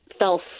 fell